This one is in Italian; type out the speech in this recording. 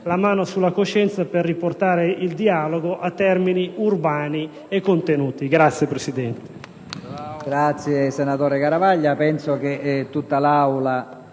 la mano sulla coscienza per riportare il dialogo a termini urbani e contenuti. *(Applausi